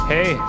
Hey